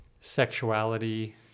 sexuality